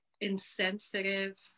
insensitive